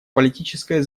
политическое